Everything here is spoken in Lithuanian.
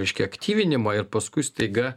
reiškia aktyvinimą ir paskui staiga